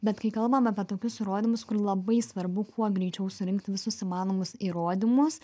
bet kai kalbam apie tokius įrodymus kur labai svarbu kuo greičiau surinkt visus įmanomus įrodymus